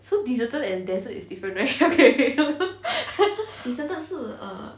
so deserted and desert is different right okay okay